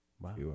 Wow